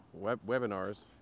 webinars